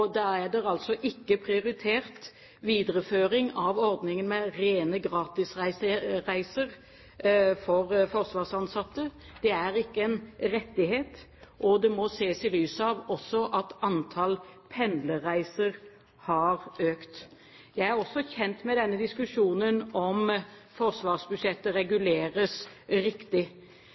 Det er ikke prioritert videreføring av ordningen med rene gratisreiser for forsvarsansatte. Det er ikke en rettighet, og det må ses i lys av at også antall pendlerreiser har økt. Jeg er også kjent med diskusjonen om forsvarsbudsjettet reguleres riktig.